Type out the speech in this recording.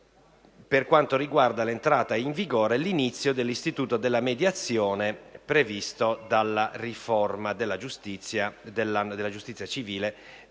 per quanto riguarda l'entrata in vigore, l'inizio dell'istituto della mediazione previsto dalla riforma della giustizia civile